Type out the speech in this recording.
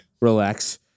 Relax